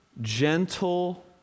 gentle